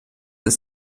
des